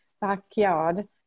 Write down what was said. backyard